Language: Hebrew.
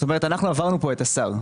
עברנו פה את השר.